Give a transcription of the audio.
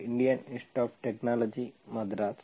Indian Institute of Technology Madras